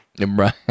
Right